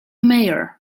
mayor